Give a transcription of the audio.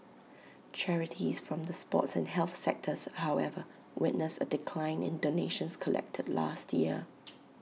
charities from the sports and health sectors however witnessed A decline in donations collected last year